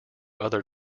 other